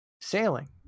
sailing